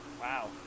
Wow